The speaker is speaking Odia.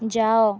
ଯାଅ